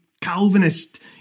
Calvinist